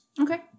Okay